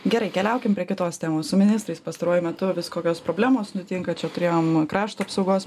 gerai keliaukim prie kitos temos su ministrais pastaruoju metu vis kokios problemos nutinka čia turėjom krašto apsaugos